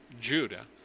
Judah